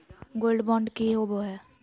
Gold bond की होबो है?